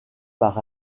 par